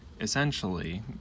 essentially